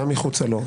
גם מחוצה לו,